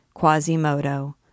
Quasimodo